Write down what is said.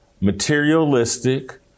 materialistic